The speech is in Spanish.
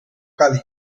cali